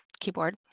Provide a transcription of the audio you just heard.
keyboard